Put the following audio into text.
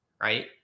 right